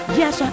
yes